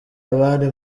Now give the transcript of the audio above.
abari